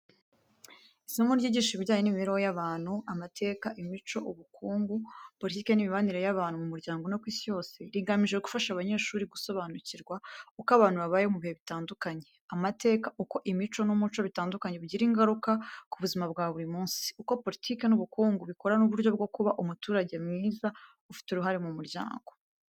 Isomo ryigisha ibijyanye n’imibereho y’abantu, amateka, imico, ubukungu, politiki n’imibanire y’abantu mu muryango no ku isi yose. Rigamije gufasha abanyeshuri gusobanukirwa uko abantu babayeho mu bihe bitandukanye, amateka uko imico n’umuco bitandukanye bigira ingaruka ku buzima bwa buri munsi, uko politiki n’ubukungu bikora n’uburyo bwo kuba umuturage mwiza ufite uruhare mu muryango.